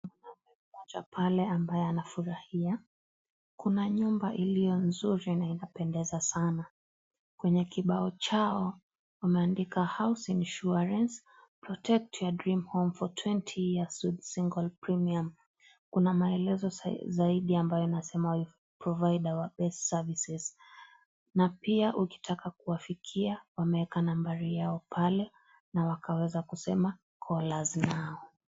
Mtu mmoja pale ambaye anafurahia. Kuna nyumba iliyo nzuri na inapendeza sana. Kwenye kibao chao wameandika, House Insurance , Protectedly home for 20 years with single premium .Kuna maelezo zaidi ambayo inasema, we provide our best services .Na pia ukitaka kuwafikia, wameeka nambari yao pale na wakaweza kusema, call us now .